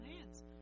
hands